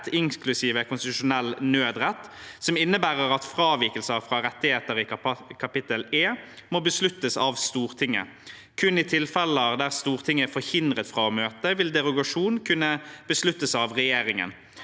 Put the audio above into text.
rett, inklusive konstitusjonell nødrett, som innebærer at fravikelser fra rettigheter i kapittel E må besluttes av Stortinget. Kun i tilfeller der Stortinget er forhindret fra å møte, vil derogasjon kunne besluttes av regjeringen.